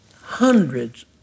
hundreds